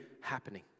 happening